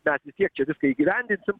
mes vis tiek čia viską įgyvendinsim